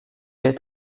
est